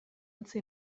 utzi